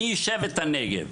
מי יישב את הנגב?